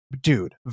dude